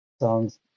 songs